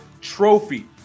trophy